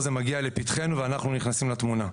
זה מגיע לפתחינו ואנחנו נכנסים לתמונה.